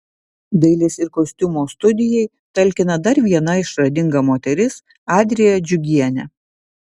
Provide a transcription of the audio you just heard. dailės ir kostiumo studijai talkina dar viena išradinga moteris adrija džiugienė